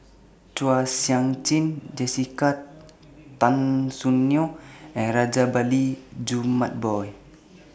Chua Sian Chin Jessica Tan Soon Neo and Rajabali Jumabhoy